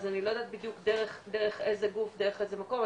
אז אני לא יודעת בדיוק דרך איזה גוף דרך איזה מקום,